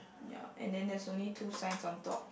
ya and then there's only two signs on top